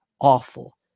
awful